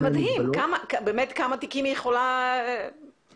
זה מדהים בכמה תיקים באמת היא יכולה לטפל.